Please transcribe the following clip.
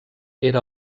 era